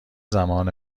زمان